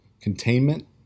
containment